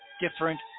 different